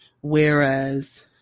Whereas